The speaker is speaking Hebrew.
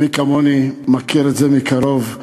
ומי כמוני מכיר את זה מקרוב.